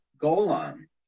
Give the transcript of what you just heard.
Golan